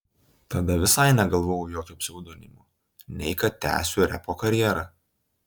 tada visai negalvojau jokio pseudonimo nei kad tęsiu repo karjerą